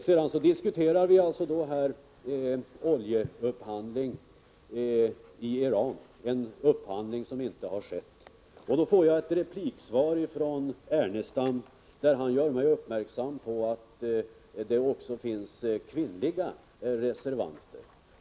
Vi diskuterar alltså en oljeupphandling i Iran som inte skett — och så får jag en replik från Lars Ernestam, där han gör mig uppmärksam på att det också finns kvinnliga reservanter!